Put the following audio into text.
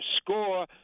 score